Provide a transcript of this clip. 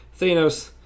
Thanos